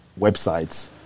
websites